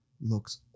looks